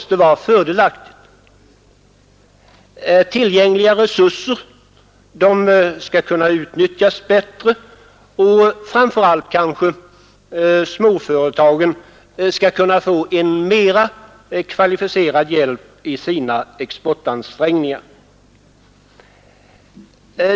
Tillgängliga resurser skall kunna utnyttjas bättre och kanske framför allt skall småföretagen kunna få en mera kvalificerad hjälp i sina exportansträngningar.